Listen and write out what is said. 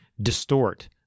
distort